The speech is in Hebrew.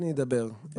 אני אדבר.